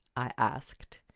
i asked.